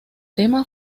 tema